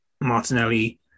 Martinelli